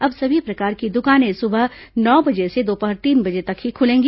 अब सभी प्रकार की दुकानें सुबह नौ बजे से दोपहर तीन बजे तक ही खुलेंगी